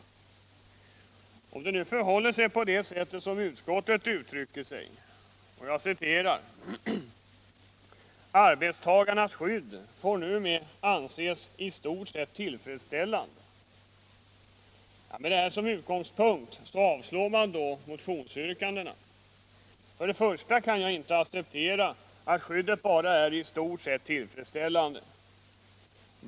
Det förhåller sig nu inte på det sättet. Utskottet 37 uttrycker sig på följande sätt: ”Arbetstagarnas skydd får numera anses i stort sett tillfredsställande.” Med detta som utgångspunkt avstyrker utskottet motionsyrkandena. För det första kan jag inte acceptera att skyddet bara är ”i stort sett tillfredsställande”.